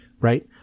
right